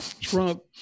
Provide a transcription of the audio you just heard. Trump